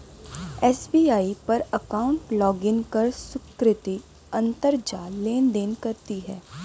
SBI पर account login कर सुकृति अंतरजाल लेनदेन करती है